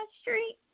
street